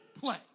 play